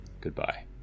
goodbye